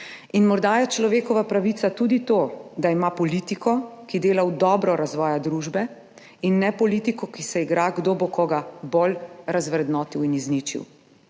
In morda je človekova pravica tudi to, da ima politiko, ki dela v dobro razvoja družbe, in ne politiko, ki se igra, kdo bo koga bolj razvrednotil in izničil.